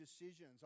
decisions